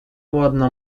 ładna